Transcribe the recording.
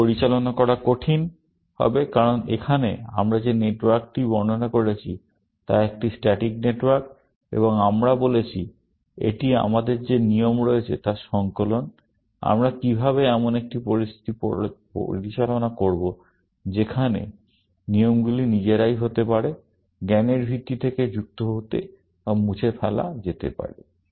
এটি পরিচালনা করা কঠিন হবে কারণ এখানে আমরা যে নেটওয়ার্কটি বর্ণনা করেছি তা একটি স্ট্যাটিক নেটওয়ার্ক এবং আমরা বলেছি এটি আমাদের যে নিয়ম রয়েছে তার সংকলন আমরা কীভাবে এমন একটি পরিস্থিতি পরিচালনা করব যেখানে নিয়মগুলি নিজেরাই হতে পারে জ্ঞানের ভিত্তি থেকে যুক্ত হতে বা মুছে ফেলা যেতে পারে